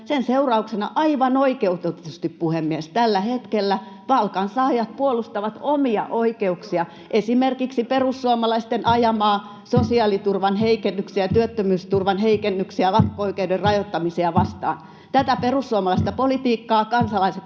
sen seurauksena aivan oikeutetusti, puhemies, tällä hetkellä palkansaajat puolustavat omia oikeuksiaan esimerkiksi perussuomalaisten ajamia sosiaaliturvan heikennyksiä, työttömyysturvan heikennyksiä ja lakko-oikeuden rajoittamisia vastaan. Tätä perussuomalaista politiikkaa kansalaiset